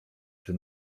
czy